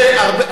השוואה נהדרת.